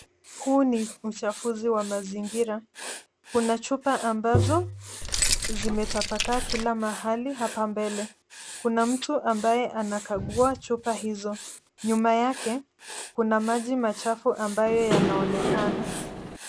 Huu ni uchafuzi wa mazingira. Kuna chupa ambazo zimetapakaa kila mahali ambazo hapa mbele. Kuna mtu ambaye anakagua chupa hizo. Nyuma yake kuna maji machafu ambayo yanaonekana.